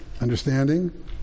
understanding